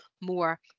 more